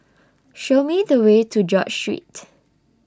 Show Me The Way to George Street